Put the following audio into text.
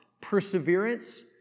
perseverance